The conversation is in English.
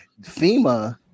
FEMA